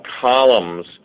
columns